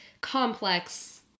complex